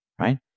Right